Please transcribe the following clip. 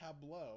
tableau